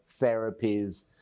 therapies